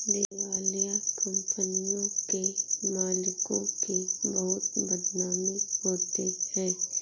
दिवालिया कंपनियों के मालिकों की बहुत बदनामी होती है